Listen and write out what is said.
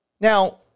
Now